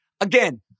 Again